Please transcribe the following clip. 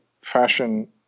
fashion